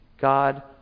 God